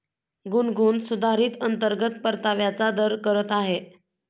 गुनगुन सुधारित अंतर्गत परताव्याचा दर करत आहे